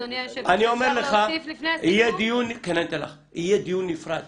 יהיה דיון נפרד